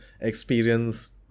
experience